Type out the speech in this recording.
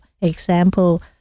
Example